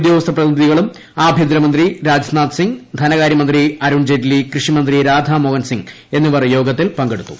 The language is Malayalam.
ഉദ്ദേട്ടാഗസ്ഥ പ്രതിനിധികളും ആഭ്യന്തരമന്ത്രി രാജ് നാഥ് സിംഗ്ക് ധനകാര്യ മന്ത്രി അരുൺ ജെയ്റ്റ്ലി കൃഷി മന്ത്രി രാധ്യക്ക് മോഹൻ സിംഗ് എന്നിവർ യോഗത്തിൽ പങ്കെടുത്തു